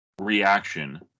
reaction